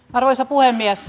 arvoisa puhemies